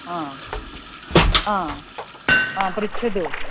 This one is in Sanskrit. हा हा हा पृच्छतु